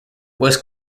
was